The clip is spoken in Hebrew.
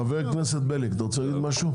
חבר הכנסת בליאק, אתה רוצה להגיד משהו?